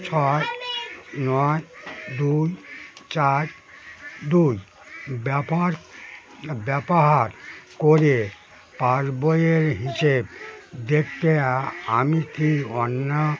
ছয় নয় দুই চার দুই ব্যাপার ব্যবহার করে পাসবইয়ের হিসেব দেখতে আমি কি অন্য